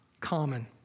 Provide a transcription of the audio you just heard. common